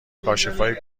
کاشفای